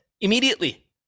immediately